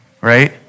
right